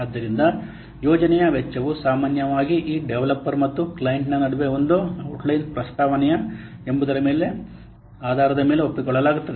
ಆದ್ದರಿಂದ ಯೋಜನೆಯ ವೆಚ್ಚವು ಸಾಮಾನ್ಯವಾಗಿ ಈ ಡೆವಲಪರ್ ಮತ್ತು ಕ್ಲೈಂಟ್ನ ನಡುವೆ ಒಂದು ಔಟ್ಲೈನ್ ಪ್ರಸ್ತಾವನೆಯ ಎಂಬುದರ ಆಧಾರದ ಮೇಲೆ ಒಪ್ಪಿಕೊಳ್ಳಲಾಗುತ್ತದೆ